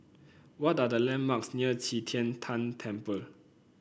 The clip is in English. what are the landmarks near Qi Tian Tan Temple